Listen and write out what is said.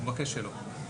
הוא מבקש שלא.